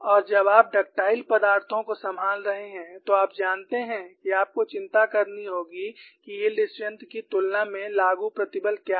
और जब आप डक्टाइल पदार्थों को संभाल रहे हैं तो आप जानते हैं कि आपको चिंता करनी होगी कि यील्ड स्ट्रेंग्थ की तुलना में लागू प्रतिबल क्या है